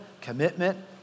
commitment